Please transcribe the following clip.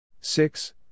six